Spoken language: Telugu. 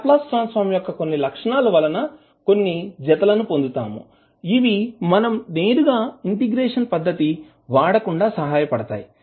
లాప్లాస్ ట్రాన్సఫర్మ్ యొక్క లక్షణాలు వలన కొన్ని జతలను పొందుతాము ఇవి మనం నేరుగా ఇంటిగ్రేషన్ పద్ధతి వాడకుండా సహాయపడతాయి